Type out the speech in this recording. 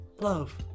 Love